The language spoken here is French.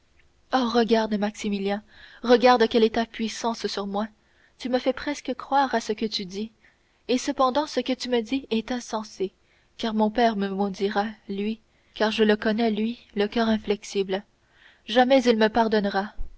regarde maximilien regarde quelle est ta puissance sur moi tu me fais presque croire à ce que tu me dis et cependant ce que tu me dis est insensé car mon père me maudira lui car je le connais lui le coeur inflexible jamais il ne pardonnera